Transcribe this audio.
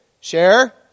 Share